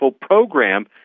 program